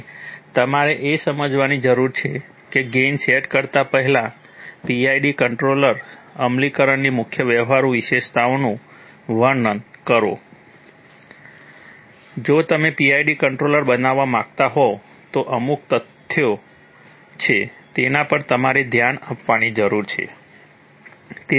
અને તમારે એ સમજવાની જરૂર છે કે ગેઇન સેટ કરતા પહેલા PID કંટ્રોલર અમલીકરણની મુખ્ય વ્યવહારુ વિશેષતાઓનું વર્ણન કરો જો તમે PID કંટ્રોલર બનાવવા માંગતા હોવ તો અમુક તથ્યો છે જેના પર તમારે ધ્યાન આપવાની જરૂર છે